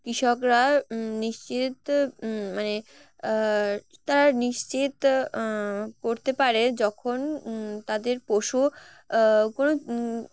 কৃষকরা নিশ্চিত মানে তারা নিশ্চিত করতে পারে যখন তাদের পশু কোনো